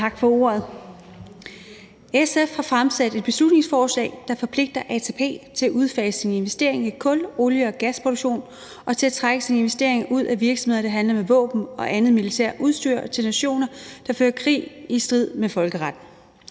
SF har fremsat et beslutningsforslag, der forpligter ATP til at udfase sine investeringer i kul-, olie- og gasproduktion og til at trække sine investeringer ud af virksomheder, der handler med våben og andet militært udstyr til nationer, der fører krig i strid med folkeretten.